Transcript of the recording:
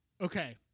Okay